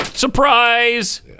Surprise